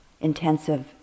intensive